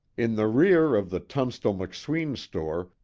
in the rear of the tunstall-mcsween store,